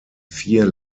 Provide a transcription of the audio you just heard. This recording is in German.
vier